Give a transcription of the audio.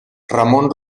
ramon